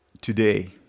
today